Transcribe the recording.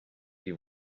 die